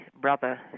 brother